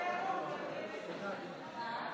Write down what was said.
ושיקום כלכלי (תיקון מס'